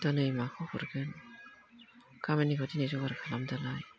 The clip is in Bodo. दिनै माखौ हरगोन गाबोननिखौ दिनै जगार खालामदोलाय